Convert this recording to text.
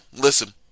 listen